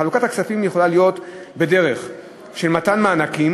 חלוקת הכספים יכולה להיות בדרך של מתן מענקים,